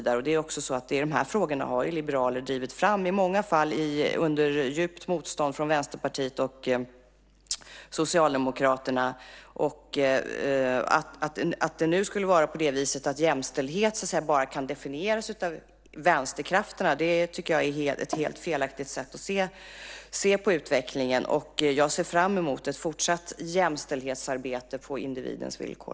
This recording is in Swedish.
De här frågorna har ju liberaler drivit fram, i många fall under djupt motstånd från Vänsterpartiet och Socialdemokraterna. Att jämställdhet bara kan definieras av vänsterkrafterna tycker jag är ett helt felaktigt sätt att se på utvecklingen. Jag ser fram emot ett fortsatt jämställdhetsarbete på individens villkor.